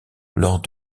lors